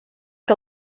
que